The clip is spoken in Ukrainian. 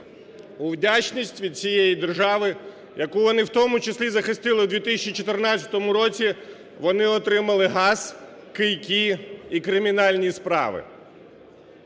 Вдячність від цієї держави, яку вони, в тому числі захистили у 2014 році, вони отримали газ, кийки і кримінальні справи.